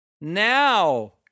Now